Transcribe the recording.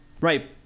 right